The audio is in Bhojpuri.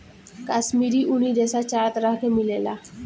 काश्मीरी ऊनी रेशा चार तरह के मिलेला